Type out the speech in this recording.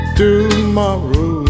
tomorrow